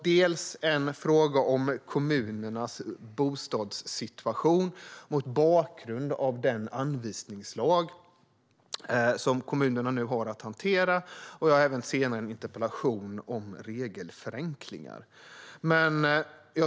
Den första gäller kommunernas bostadssituation mot bakgrund av den anvisningslag som kommunerna har att hantera. Den andra gäller regelförenklingar.